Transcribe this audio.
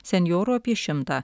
senjorų apie šimtą